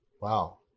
Wow